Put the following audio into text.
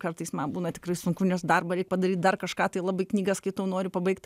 kartais man būna tikrai sunku nes darbą reik padaryt dar kažką tai labai knygas skaitau noriu pabaigt